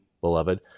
beloved